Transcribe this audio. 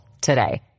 today